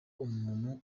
umuntu